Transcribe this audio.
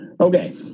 Okay